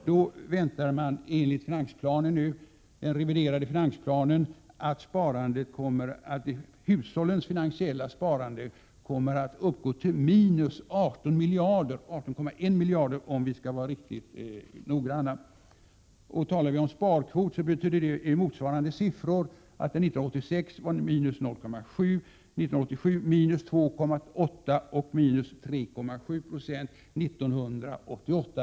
Nu beräknas enligt den reviderade finansplanen att hushållens finansiella sparande kommer att uppgå till minus 18,1 miljarder kronor. I sparkvoter blir siffrorna minus 0,7 96 år 1986, minus 2,8 70 år 1987 och enligt beräkningar minus 3,7 Jo år 1988.